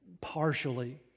partially